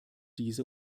diese